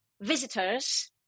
visitors